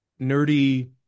nerdy